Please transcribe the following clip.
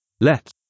let